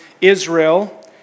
Israel